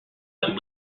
that